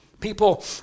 People